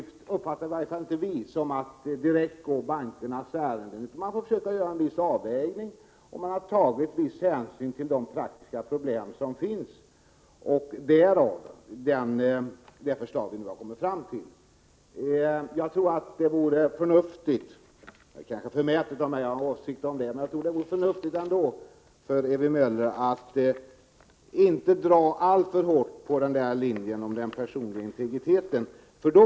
Vi uppfattar i alla fall inte vår uppgift som att gå bankernas ärenden. Man får försöka göra en viss avvägning. Man har tagit viss hänsyn till de praktiska problem som finns, därav det förslag vi nu har kommit fram till. Det är kanske förmätet av mig att ha en åsikt om det, men jag tror ändå att det vore förnuftigt om Ewy Möller inte drog linjen om den personliga integriteten alltför hårt.